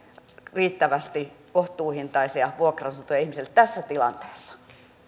riittävästi kohtuuhintaisia vuokra asuntoja ihmisille tässä tilanteessa